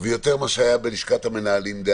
ובלשכת המנהלים.